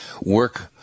work